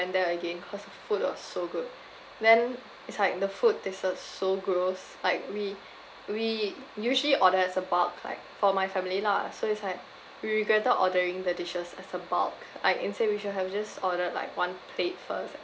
there again cause the food was so good then it's like the food tasted so gross like we we usually order as a bulk like for my family lah so it's like we regretted ordering the dishes as a bulk like in say we should have just ordered like one plate first